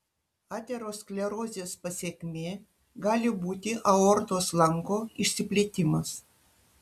aterosklerozės pasekmė gali būti aortos lanko išsiplėtimas